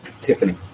Tiffany